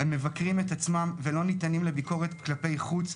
הם מבקרים את עצמם ולא ניתנים לביקורת כלפי חוץ.